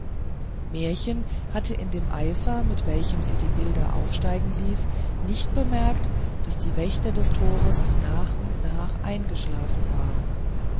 märchen hatte in dem eifer mit welchem sie die bilder aufsteigen ließ nicht bemerkt wie die wächter des tores nach und nach eingeschlafen waren